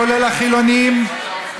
כולל החילונים,